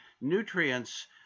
nutrients